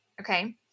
Okay